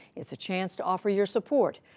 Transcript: it's a chance to offer your support,